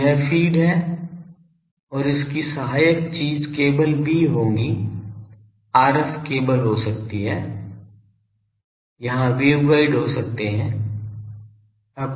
तो यह फीड है और इसकी सहायक चीज केबल भी होगी RF केबल हो सकती है यहां वेवगाइड हो सकते हैं